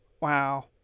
wow